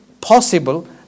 possible